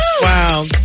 Wow